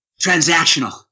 transactional